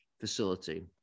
facility